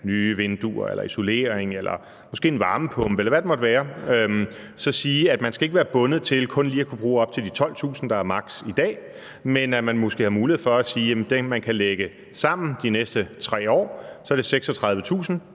nye vinduer eller isolering eller måske en varmepumpe, eller hvad det måtte være, så kunne man sige, at de ikke skal være bundet til kun lige at kunne bruge op til de 12.000 kr., der er maks. i dag, men at man måske havde mulighed for at sige, at man kan lægge det sammen de næste 3 år, og det er så 36.000